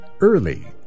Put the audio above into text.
early